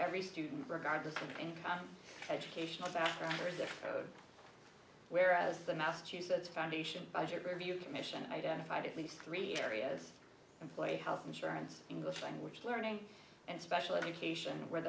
every student regardless of income educational background or is there though whereas the massachusetts foundation is your view commission identified at least three areas employee health insurance english language learning and special education where